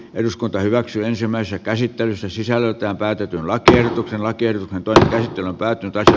eduskunta hyväksyy ensimmäistä käsittelyssä sisällöltään päätetyn lakiehdotuksen laatia toisen tehty päätin tehdä